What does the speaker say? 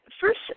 first